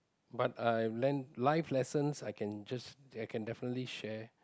but I have learnt life lessons I can just I can definitely share